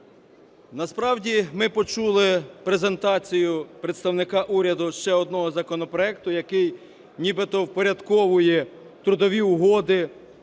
Насправді, ми почули презентацію представника уряду ще одного законопроекту, який нібито впорядковує трудові угоди